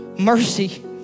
Mercy